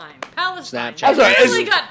Snapchat